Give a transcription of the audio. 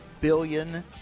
billion